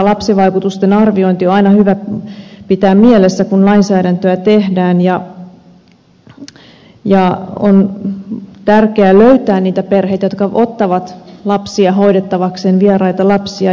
lapsivaikutusten arviointi on aina hyvä pitää mielessä kun lainsäädäntöä tehdään ja on tärkeää löytää niitä perheitä jotka ottavat lapsia hoidettavakseen vieraita lapsia